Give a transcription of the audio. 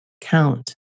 count